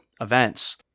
events